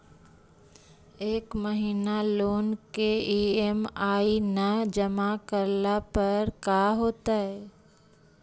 एक महिना लोन के ई.एम.आई न जमा करला पर का होतइ?